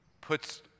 puts